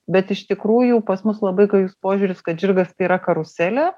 bet iš tikrųjų pas mus labai gajus požiūris kad žirgas tai yra karuselė